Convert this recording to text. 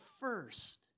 First